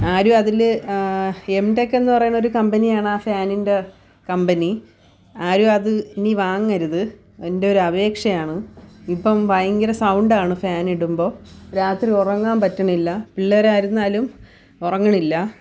ആരും അതിൽ എംടെക് എന്ന് പറയുന്ന കമ്പനിയാണ് ആ ഫാനിൻ്റെ കമ്പനി ആരു അത് ഇനി വാങ്ങരുത് എൻ്റെ ഒരു അപേക്ഷയാണ് ഇപ്പം ഭയങ്കര സൗണ്ടാണ് ഫാനിടുമ്പോൾ രാത്രി ഉറങ്ങാൻ പറ്റണില്ല പിള്ളേരാരുന്നാലും ഉറങ്ങണില്ല